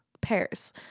pairs